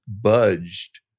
budged